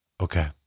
Okay